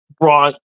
brought